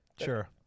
sure